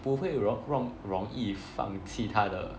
不会容容容易放弃他的